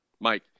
Mike